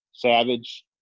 savage